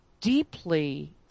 deeply